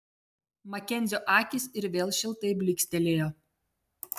makenzio akys ir vėl šiltai blykstelėjo